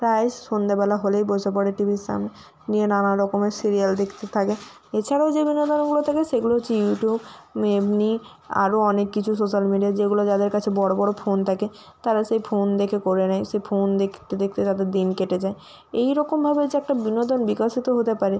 প্রায়ই সন্ধেবেলা হলেই বসে পড়ে টিভির সামনে নিয়ে নানা রকমের সিরিয়াল দেখতে থাকে এছাড়াও যে বিনোদনগুলো থাকে সেগুলো হচ্ছে ইউটিউব এমনি আরও অনেক কিছু সোশ্যাল মিডিয়া যেইগুলো যাদের কাছে বড়ো বড়ো ফোন থাকে তারা সেই ফোন দেখে করে নেয় সে ফোন দেখতে দেখতে তাদের দিন কেটে যায় এই রকমভাবে যে একটা বিনোদন বিকশিত হতে পারে